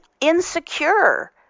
insecure